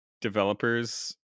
developers